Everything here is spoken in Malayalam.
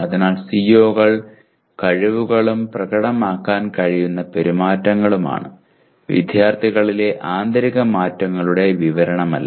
അതിനാൽ CO കൾ കഴിവുകളും പ്രകടമാക്കാൻ കഴിയുന്ന പെരുമാറ്റങ്ങളുമാണ് വിദ്യാർത്ഥികളിലെ ആന്തരിക മാറ്റങ്ങളുടെ വിവരണമല്ല